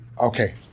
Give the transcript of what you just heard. Okay